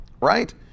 Right